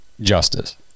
justice